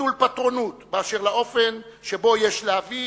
נטול פטרונות, באשר לאופן שבו יש להביא